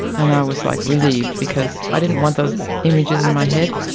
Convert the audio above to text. and i was like relieved because i didn't want those images in my head,